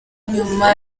nyuma